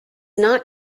not